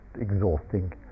exhausting